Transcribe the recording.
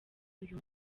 uyu